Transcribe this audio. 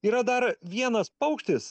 yra dar vienas paukštis